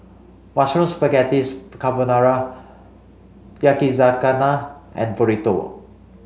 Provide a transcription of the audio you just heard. Mushroom Spaghetti Carbonara Yakizakana and Burrito